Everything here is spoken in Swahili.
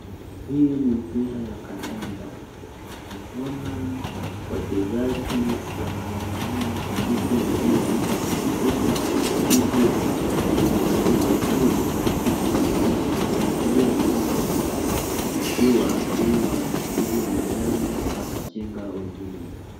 Hii ni mpira ya kandanda. Naona wachezaji wanang'ang'ania hiki mpira, kisha washabiki wako upande wa juu wanashangilia sana, ukiwa huyu wa jezi wa manjano anachenga wengine.